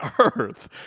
Earth